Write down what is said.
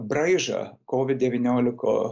braižą kovid devyniolika